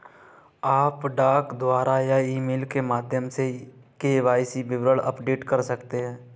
आप डाक द्वारा या ईमेल के माध्यम से के.वाई.सी विवरण अपडेट कर सकते हैं